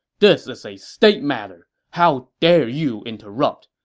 this is a state matter. how dare you interrupt!